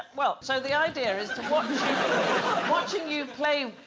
well, so the idea is to watch watching you play.